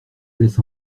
laisse